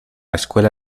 escuela